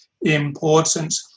important